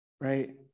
right